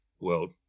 world